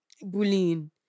bullying